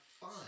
fun